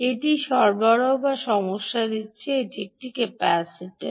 এটি সরবরাহ বা সমস্যা দিচ্ছে এটি একটি ক্যাপাসিটার